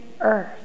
earth